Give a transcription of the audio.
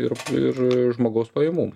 ir ir žmogaus pajamų